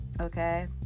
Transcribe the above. okay